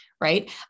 right